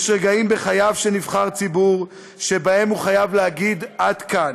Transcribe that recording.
יש רגעים בחייו של נבחר ציבור שבהם הוא חייב להגיד: עד כאן,